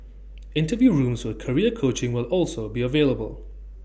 interview rooms for career coaching will also be available